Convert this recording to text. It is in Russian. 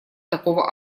такого